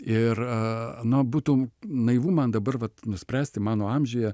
ir na būtų naivu man dabar vat nuspręsti mano amžiuje